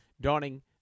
dawning